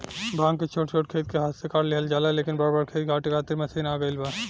भांग के छोट छोट खेत के हाथे से काट लिहल जाला, लेकिन बड़ बड़ खेत काटे खातिर मशीन आ गईल बा